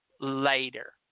later